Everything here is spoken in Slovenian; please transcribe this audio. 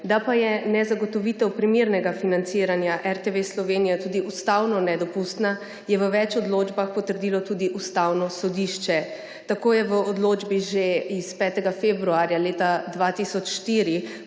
Da pa je nezagotovitev primernega financiranja RTV Slovenija tudi ustavno nedopustna, je v več odločbah potrdilo tudi Ustavno sodišče. Tako je v odločbi že iz 5. februarja leta 2004